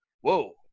whoa